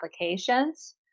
applications